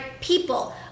people